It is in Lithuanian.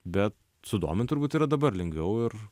bet sudominti turbūt yra dabar lengviau ir